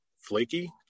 flaky